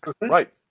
Right